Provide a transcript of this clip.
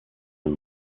and